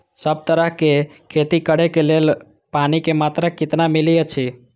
सब तरहक के खेती करे के लेल पानी के मात्रा कितना मिली अछि?